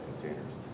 containers